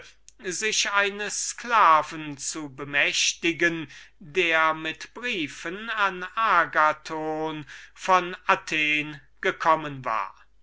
sich eines sklaven zu bemächtigen der mit briefen an agathon von athen gekommen war